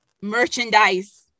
merchandise